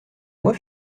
moi